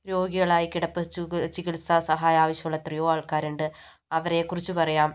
രോഗികളായി കിടപ്പ് ചു ചികിത്സ സഹായം ആവശ്യമുള്ള എത്രയോ ആൾക്കാര്ണ്ട് അവരെ കുറിച്ച് പറയാം